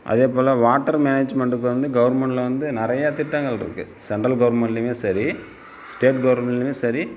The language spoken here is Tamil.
அதே போல் வாட்டர் மேனேட்ஜ்மெண்டுக்கு வந்து கவர்மெண்ட்டில் வந்து நிறையா திட்டங்கள் இருக்குது சென்ட்ரல் கவர்மெண்ட்லேயுமே சரி ஸ்டேட் கவர்மெண்ட்லேயுமே சரி